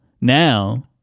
Now